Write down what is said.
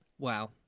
Wow